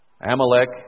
Amalek